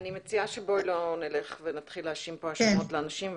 אני מציעה שלא נלך ונתחיל להאשים כאן אנשים.